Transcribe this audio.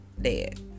dead